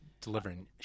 delivering